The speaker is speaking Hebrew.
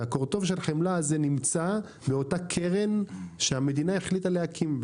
והקורטוב של חמלה הזה נמצא באותה קרן שהמדינה החליטה להקים,